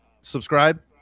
Subscribe